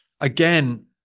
again